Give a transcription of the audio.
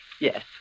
Yes